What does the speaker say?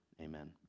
amen